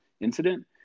incident